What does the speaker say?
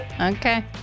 Okay